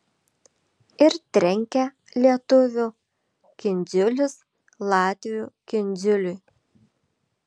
ir trenkia lietuvių kindziulis latvių kindziuliui